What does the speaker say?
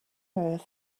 earth